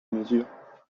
mesures